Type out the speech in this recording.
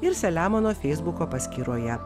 ir selemono feisbuko paskyroje